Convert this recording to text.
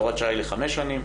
הוראת השעה היא לחמש שנים,